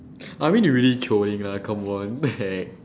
I mean you're really trolling lah come on the heck